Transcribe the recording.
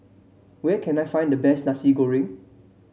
where can I find the best Nasi Goreng